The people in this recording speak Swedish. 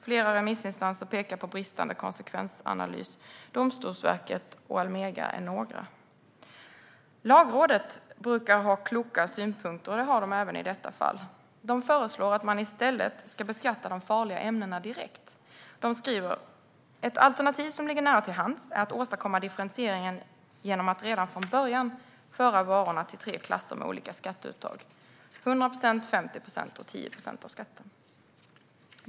Flera remissinstanser pekar på bristande konsekvensanalys - Domstolsverket och Almega är ett par. Lagrådet brukar ha kloka synpunkter. Det har det även i detta fall. Det föreslår att man i stället ska beskatta de farliga ämnena direkt. Det skriver: Ett alternativ som ligger nära till hands är att åstadkomma differentieringen genom att redan från början föra varorna till tre klasser med olika skatteuttag: 100 procent, 50 procent och 10 procent av skatten.